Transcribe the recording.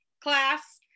class